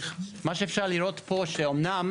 מה שאפשר לראות פה שאמנם,